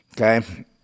okay